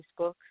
Facebook